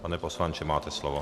Pane poslanče, máte slovo.